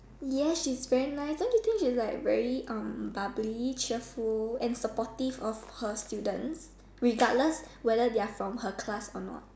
yes she's very nice don't you think she's like very um bubbly cheerful and supportive of her students regardless whether they are from her class or not